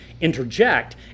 interject